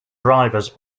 drivers